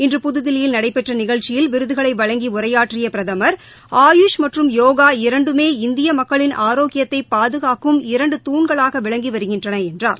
இன்று புதுதில்லியில் நடைபெற்ற நிகழ்ச்சியில் விருதுகளை வழங்கி உரையாற்றிய பிரதமர் ஆயூஷ் மற்றும் போகா இரண்டுமே இந்திய மக்களின் ஆரோக்கியத்தை பாதுகாக்கும் இரண்டு துண்களாக விளங்கி வருகின்றன என்றார்